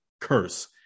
curse